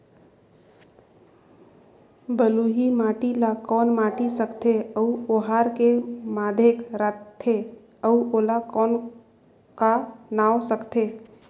बलुही माटी ला कौन माटी सकथे अउ ओहार के माधेक राथे अउ ओला कौन का नाव सकथे?